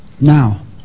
Now